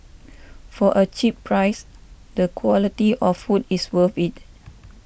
for a cheap price the quality of food is worth it